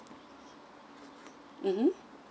mmhmm